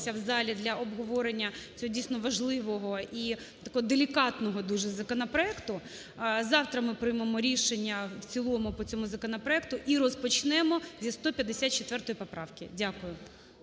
в залі для обговорення цього, дійсно, важливого і такого делікатного дуже законопроекту. Завтра ми приймемо рішення в цілому по цьому законопроекту і розпочнемо зі 154 поправки. Дякую.